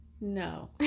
No